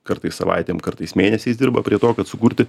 kartais savaitėm kartais mėnesiais dirba prie to kad sukurti